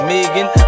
Megan